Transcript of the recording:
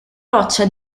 roccia